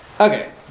Okay